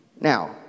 Now